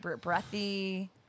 breathy